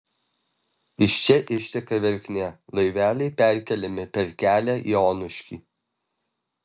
iš čia išteka verknė laiveliai perkeliami per kelią į onuškį